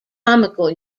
comical